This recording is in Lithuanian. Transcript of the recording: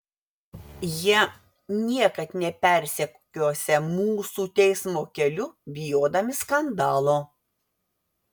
jie niekad nepersekiosią mūsų teismo keliu bijodami skandalo